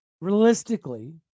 realistically